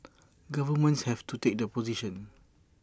governments have to take the position